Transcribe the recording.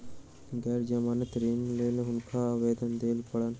गैर जमानती ऋणक लेल हुनका बहुत आवेदन दिअ पड़ल